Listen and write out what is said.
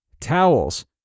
towels